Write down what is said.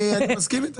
אני מסכים איתך.